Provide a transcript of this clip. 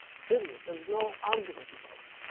period. there is no argument about